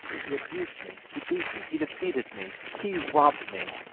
he abused me, he beat me, he defeated me, he robbed me,